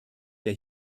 der